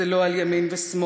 זה לא על ימין ושמאל.